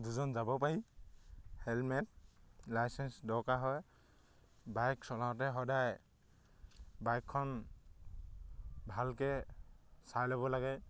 দুজন যাব পাৰি হেলমেট লাইচেন্স দৰকাৰ হয় বাইক চলাওঁতে সদায় বাইকখন ভালকৈ চাই ল'ব লাগে